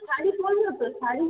শাড়ি পরব তো শাড়ি